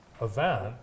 event